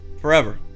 forever